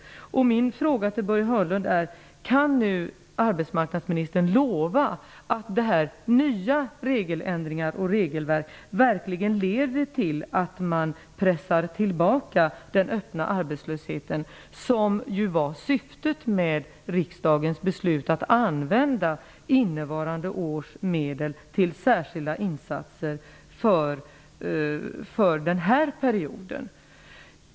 Kan nu arbetsmarknadsministern lova att regeländringarna och det nya regelverket verkligen leder till att man pressar tillbaka den öppna arbetslösheten? Det var ju syftet med riksdagens beslut att använda innevarande års medel till särskilda insatser denna period.